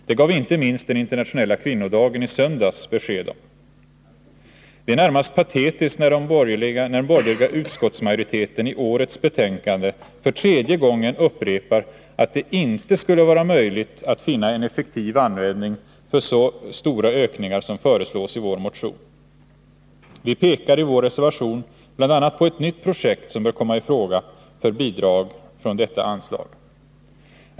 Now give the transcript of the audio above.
Det gav inte minst den internationella kvinnodagen i söndags besked om. Det är närmast patetiskt när den borgerliga utskottsmajoriteten i årets betänkande för tredje gången upprepar att det inte skulle vara möjligt att finna en effektiv användning för så stora ökningar som föreslås i vår motion. Vi pekar i vår reservation bl.a. på ett nytt projekt som bör komma i fråga för bidrag från detta anslag.